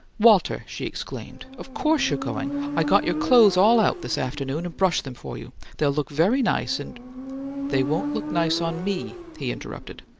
walter! she exclaimed. of course you're going. i got your clothes all out this afternoon, and brushed them for you. they'll look very nice, and they won't look nice on me, he interrupted.